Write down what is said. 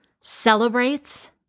celebrates